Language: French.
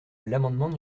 l’amendement